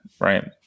right